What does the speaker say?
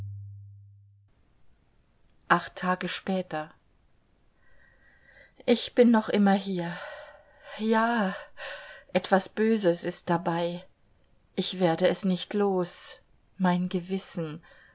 acht tage später ich bin noch immer hier ja etwas böses ist dabei ich werde es nicht los mein gewissen